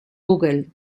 google